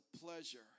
pleasure